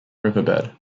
riverbed